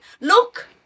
Look